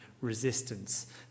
resistance